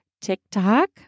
TikTok